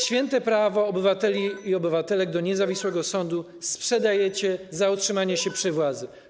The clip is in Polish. Święte prawo obywateli i obywatelek do niezawisłego sądu sprzedajecie za utrzymanie się przy władzy.